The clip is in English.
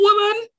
woman